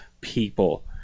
people